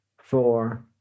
four